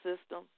system